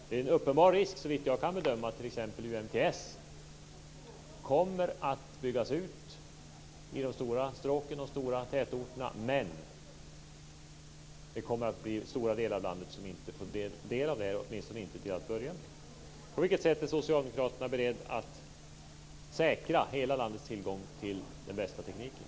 Det är en uppenbar risk, såvitt jag kan bedöma, att t.ex. UMTS kommer att byggas ut i de stora stråken, i de stora tätorterna, men att stora delar av landet inte kommer att få del av detta, åtminstone inte till att börja med. På vilket sätt är socialdemokraterna beredda att säkra hela landets tillgång till den bästa tekniken?